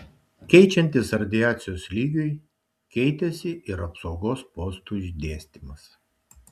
keičiantis radiacijos lygiui keitėsi ir apsaugos postų išdėstymas